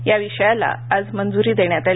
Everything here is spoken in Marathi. या विषयालाआज मंजुरी देण्यातआली